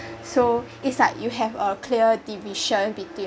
so is like you have a clear division between